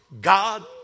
God